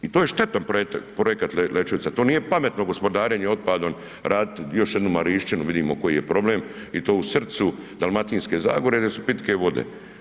I to je štetan projekat Lećevica, to nije pametno gospodarenje otpadom raditi još jednu Marišćinu, vidimo koji je problem i to u srcu Dalmatinske zagore, gdje su pitke vode.